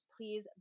please